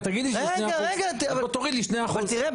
תגיד לי שזה 2%. תוריד לי 2%. אבל תראה,